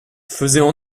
faisaient